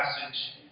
passage